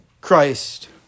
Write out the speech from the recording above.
Christ